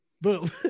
boom